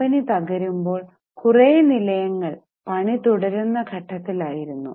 company തകരുമ്പോൾ കുറെ നിലയങ്ങൾ പണി തുടരുന്ന ഘട്ടത്തിൽ ആയിരുന്നു